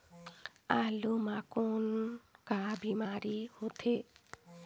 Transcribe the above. आलू म कौन का बीमारी होथे?